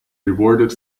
rewarded